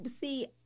See